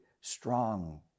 strong